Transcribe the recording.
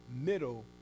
middle